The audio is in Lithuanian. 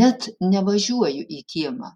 net nevažiuoju į kiemą